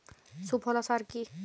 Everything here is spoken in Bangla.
সুফলা সার কি?